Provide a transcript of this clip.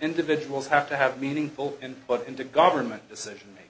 individuals have to have meaningful input into government decision making